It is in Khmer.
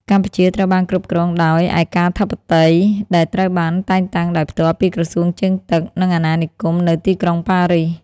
កម្ពុជាត្រូវបានគ្រប់គ្រងដោយ ឯកាធិបតី ដែលត្រូវបានតែងតាំងដោយផ្ទាល់ពីក្រសួងជើងទឹក និងអាណានិគមនៅទីក្រុងប៉ារីស។